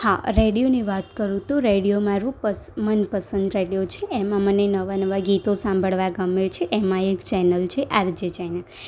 હા રેડિયોની વાત કરું તો રેડિયો મારું મનપસંદ રેડિયો છે એમાં મને નવા નવા ગીતો સાંભળવા ગમે છે એમાં એક ચેનલ છે આરજે ચેનલ